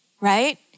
right